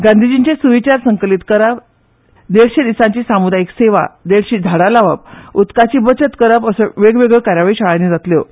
गांधीजींचे सुविचार संकलीत करप देडशें दिसांची सामुदायीक सेवा देडशीं झाडां लावप उदकाची बचत करप अशे वेगवेगळ्यो कार्यावळी शाळांनी जातल्यो